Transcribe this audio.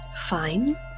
fine